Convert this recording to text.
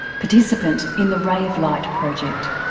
participant in the ray of light project.